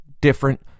different